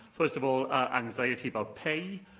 first of all, anxiety about pay,